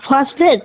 phosphate